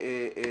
בנת"צים.